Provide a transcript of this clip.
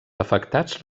afectats